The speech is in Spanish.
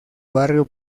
barrio